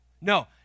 No